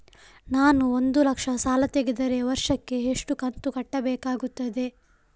ನಾನು ಒಂದು ಲಕ್ಷ ಸಾಲ ತೆಗೆದರೆ ವರ್ಷಕ್ಕೆ ಎಷ್ಟು ಕಂತು ಕಟ್ಟಬೇಕಾಗುತ್ತದೆ?